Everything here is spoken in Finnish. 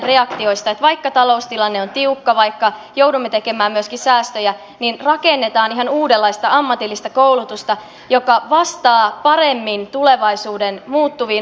että vaikka taloustilanne on tiukka vaikka joudumme tekemään myöskin säästöjä niin rakennetaan ihan uudenlaista ammatillista koulutusta joka vastaa paremmin tulevaisuuden muuttuviin osaamistarpeisiin